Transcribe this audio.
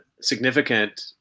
significant